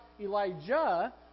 Elijah